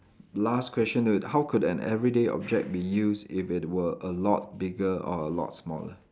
last question to it how could an everyday object be used if it were a lot bigger or a lot smaller